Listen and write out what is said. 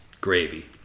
gravy